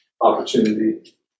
opportunity